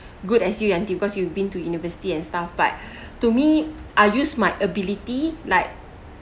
good as you Yanti because you've been to university and stuff but to me I use my ability like